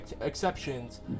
exceptions